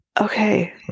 Okay